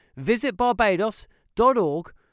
visitbarbados.org